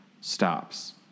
stops